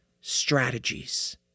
strategies